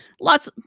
Lots